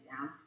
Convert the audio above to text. down